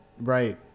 Right